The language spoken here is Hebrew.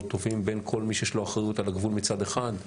טובים בין כל מי שיש לו אחריות על הגבול מצד אחד,